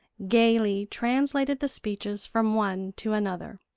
gaily translated the speeches from one to another.